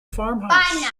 farmhouse